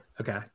Okay